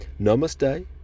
Namaste